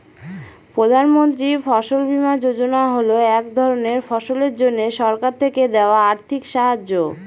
প্রধান মন্ত্রী ফসল বীমা যোজনা হল এক ধরনের ফসলের জন্যে সরকার থেকে দেওয়া আর্থিক সাহায্য